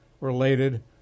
related